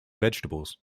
vegetables